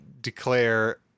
declare –